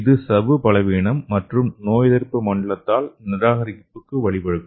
இது சவ்வு பலவீனம் மற்றும் நோயெதிர்ப்பு மண்டலத்தால் நிராகரிப்புக்கு வழிவகுக்கும்